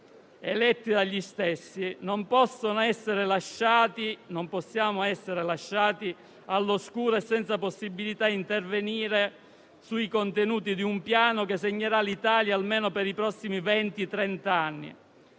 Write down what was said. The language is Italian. eletti dagli stessi, non possono essere lasciati all'oscuro e senza possibilità di intervenire sui contenuti di un Piano che segnerà l'Italia almeno per i prossimi venti